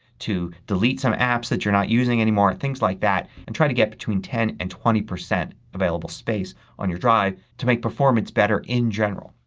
to delete some apps that you're not using anymore. things like that. and try to get between ten and twenty percent available space on your drive to make performance better in general.